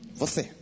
você